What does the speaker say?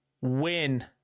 win